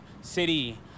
city